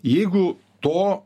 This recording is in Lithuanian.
jeigu to